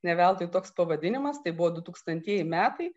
ne veltui toks pavadinimas tai buvo dutūkstantieji metai